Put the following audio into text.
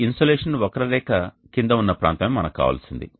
ఈ ఇన్సోలేషన్ వక్రరేఖ కింద ఉన్న ప్రాంతమే మనకు కావలసింది